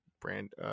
brand